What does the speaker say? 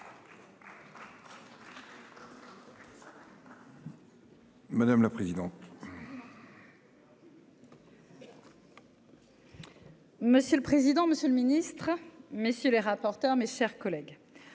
Madame la présidente. Monsieur le président, Monsieur le ministre, messieurs les rapporteurs, mes chers collègues,